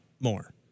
more